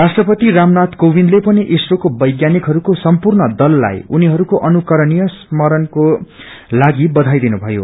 राष्ट्रपति रामनाय क्रोविन्दले पनि ईस्रोको वैज्ञानिकहस्क्रो सम्पूर्ण दललाई उनीहस्को अनुकरणीय समर्पणकोलागि बबाई दिनु भयो